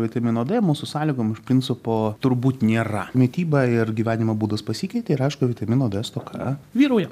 vitamino d mūsų sąlygom iš principo turbūt nėra mityba ir gyvenimo būdas pasikeitė ir aišku vitamino d stoka vyrauja